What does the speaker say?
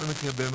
בכל מקרה,